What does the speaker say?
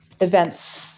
events